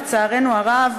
לצערנו הרב,